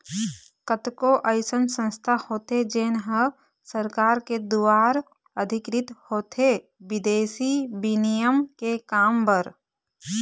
कतको अइसन संस्था होथे जेन ह सरकार के दुवार अधिकृत होथे बिदेसी बिनिमय के काम बर